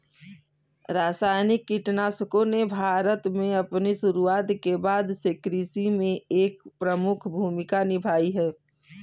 रासायनिक कीटनाशकों ने भारत में अपनी शुरूआत के बाद से कृषि में एक प्रमुख भूमिका निभाई है